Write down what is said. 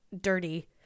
dirty